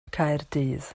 caerdydd